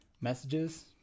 messages